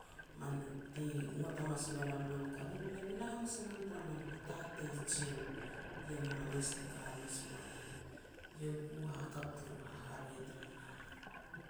man, ti ngot hamas mea lam man ka ri ien be lam e la hamas a nam tara man hatatei jen. Ien hamanas te ka hamas mua lam. Eiau ku hahakap turu haharoi tamulam.